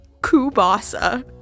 kubasa